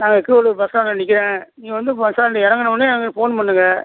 நான் கீவளூர் பஸ் ஸ்டாண்டில் நிற்கிறேன் நீங்கள் வந்து பஸ் ஸ்டாண்டு இறங்குனோனே எனக்கு ஃபோன் பண்ணுங்கள்